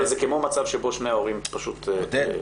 אבל זה כמו מצב שבו שני ההורים פשוט --- עודד,